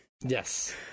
Yes